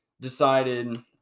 decided